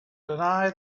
deny